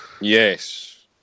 Yes